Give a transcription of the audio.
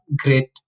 great